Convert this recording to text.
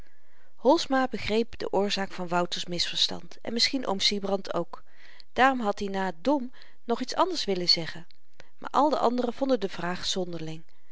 holsma begreep de oorzaak van wouter's misverstand en misschien oom sybrand ook daarom zeker had i na dom nog iets anders willen zeggen maar al de anderen vonden de vraag zonderling